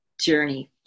journey